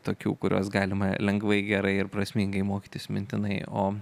tokių kuriuos galima lengvai gerai ir prasmingai mokytis mintinai o